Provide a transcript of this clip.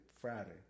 Friday